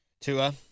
Tua